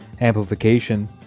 amplification